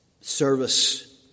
service